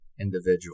individual